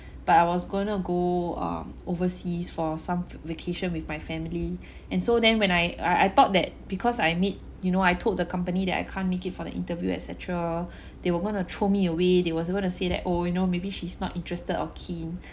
but I was gonna go uh overseas for some v~ vacation with my family and so then when I I I thought that because I mean you know I told the company that I can't make it for the interview et cetera they were gonna throw me away they was going to say that oh you know maybe she's not interested or keen